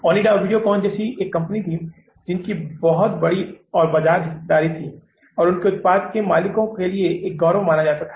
ओनिडा वीडियोकॉन जैसी एक कंपनी थी जिनकी बहुत बड़ी और बाजार हिस्सेदारी थी और उनके उत्पाद को मालिक के लिए एक गौरव माना जाता था